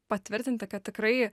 patvirtinti kad tikrai